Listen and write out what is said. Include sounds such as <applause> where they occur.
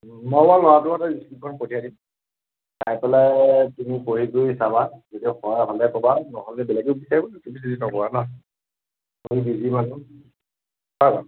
মই বাৰু ল'ৰাটোৰ হাতত স্ক্ৰিপ্টখন পঠিয়াই দিম চাই পেলাই তুমি পঢ়ি কৰি চাবা যদি হয় হ'লে ক'বা নহ'লে বেলেগক বিচাৰিব লাগিব তুমি যদি নকৰা ন তুমি বিজি মানুহ <unintelligible>